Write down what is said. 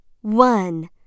One